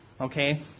Okay